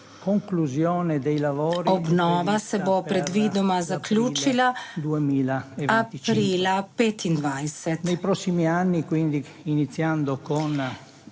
obnova se bo predvidoma zaključila aprila 2025.